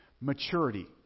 maturity